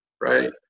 right